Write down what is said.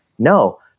No